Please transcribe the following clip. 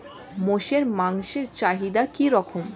মোষের মাংসের চাহিদা কি রকম?